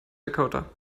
dakota